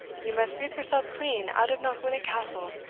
you must sweep yourself clean out of knockwinnock castle,